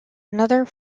another